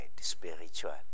spiritual